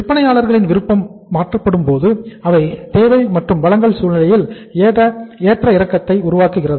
விற்பனையாளர்களின் விருப்பம் மாற்றப்படும்போது அது தேவை மற்றும் வழங்கல் சூழ்நிலையில் ஏற்ற இறக்கத்தை உருவாக்குகிறது